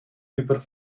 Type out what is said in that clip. über